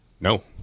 No